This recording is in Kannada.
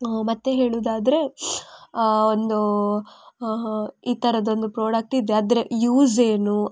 ಮತ್ತೆ ಹೇಳುವುದಾದ್ರೆ ಒಂದು ಈ ಥರದ್ದೊಂದು ಪ್ರೋಡಕ್ಟ್ ಇದೆ ಅದರ ಯೂಸ್ ಏನು